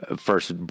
First